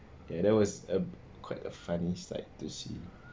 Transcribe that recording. ya that was a quite a funny sight to see